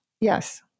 Yes